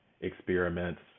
experiments